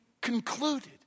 concluded